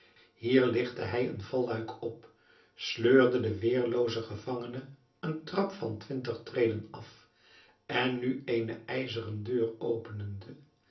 hier ligtte hij een valluik op sleurde den weerloozen gevangene een trap van twintig treden af en nu eene ijzeren deur openende